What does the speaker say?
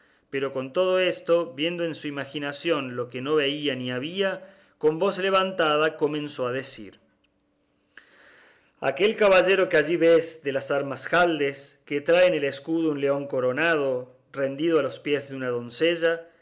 pero con todo esto viendo en su imaginación lo que no veía ni había con voz levantada comenzó a decir aquel caballero que allí ves de las armas jaldes que trae en el escudo un león coronado rendido a los pies de una doncella